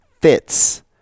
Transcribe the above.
fits